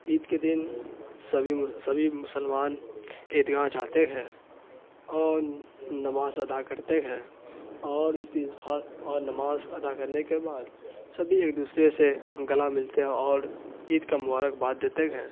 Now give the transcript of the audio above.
عید کے دن سبھی سبھی مسلمان عیدگاہ جاتے ہیں اور نماز ادا کرتے ہیں اور اس دن اور نماز ادا کرنے کے بعد سبھی ایک دوسرے سے گلا ملتے ہیں اور عید کا مبارک باد دیتے ہیں